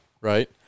right